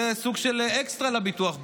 זה סוג של אקסטרה לביטוח הבריאות.